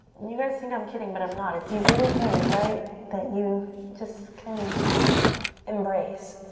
you guys think i'm kidding but i'm not. it's these little things, right, that you just kind of embrace